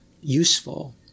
useful